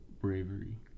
bravery